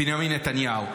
בנימין נתניהו.